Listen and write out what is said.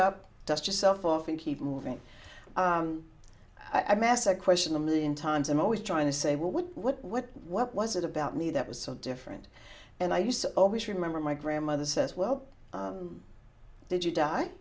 up dust yourself off and keep moving i've asked a question a million times i'm always trying to say well what what what what was it about me that was so different and i used to always remember my grandmother says well did you die